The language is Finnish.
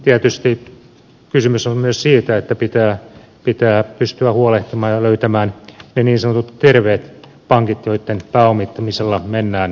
tietysti kysymys on myös siitä että pitää pystyä huolehtimaan ja löytämään ne niin sanotut terveet pankit joitten pääomittamisella mennään eteenpäin